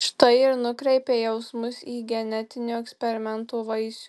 štai ir nukreipei jausmus į genetinio eksperimento vaisių